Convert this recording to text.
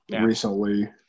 recently